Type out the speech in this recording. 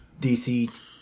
DC